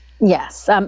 Yes